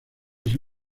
ese